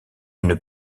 une